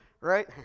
right